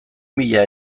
mila